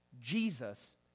Jesus